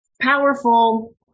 powerful